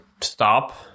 stop